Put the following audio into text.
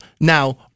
Now